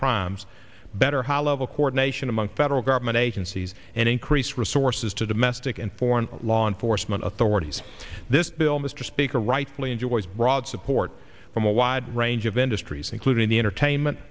crimes better hollow coordination among federal government agencies and increased resources to domestic and foreign law enforcement authorities this bill mister a rightfully enjoys broad support from a wide range of industries including the entertainment